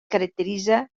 caracteritza